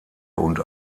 und